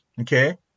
Okay